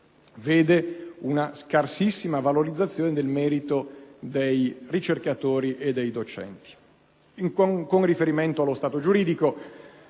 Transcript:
una scarsissima valorizzazione del merito dei ricercatori e dei docenti. Con riferimento allo stato giuridico,